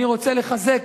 אני רוצה לחזק